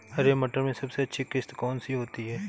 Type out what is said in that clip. हरे मटर में सबसे अच्छी किश्त कौन सी होती है?